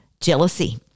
jealousy